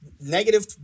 negative